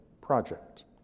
project